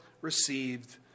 received